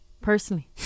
personally